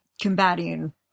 combating